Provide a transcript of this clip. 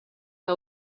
que